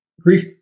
Grief